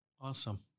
Awesome